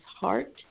heart